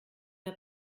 n’a